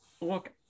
look